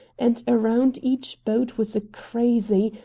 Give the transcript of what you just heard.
and around each boat was a crazy,